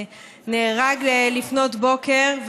שנהרג לפנות בוקר,